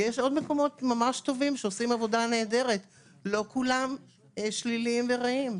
יש מקומות ממש טובים שעושים עבודה נהדרת ולא כולם שליליים ורעים.